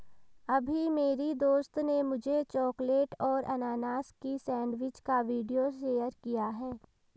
अभी मेरी दोस्त ने मुझे चॉकलेट और अनानास की सेंडविच का वीडियो शेयर किया है